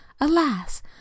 alas